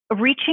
reaching